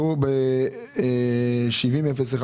ב-70-01,